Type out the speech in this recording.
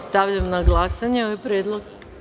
Stavljam na glasanje ovaj predlog.